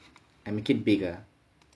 I make it bigger